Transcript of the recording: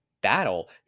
battle